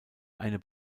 eine